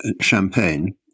Champagne